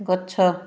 ଗଛ